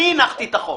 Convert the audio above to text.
אני הנחתי את החוק.